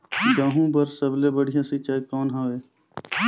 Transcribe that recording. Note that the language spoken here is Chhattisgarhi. गहूं बर सबले बढ़िया सिंचाई कौन हवय?